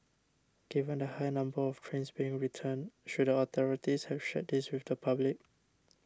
given the high number of trains being returned should authorities have shared this with the public